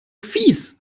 fieß